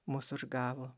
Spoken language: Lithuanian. mus užgavo